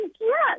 Yes